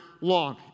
long